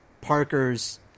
Parker's